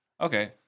Okay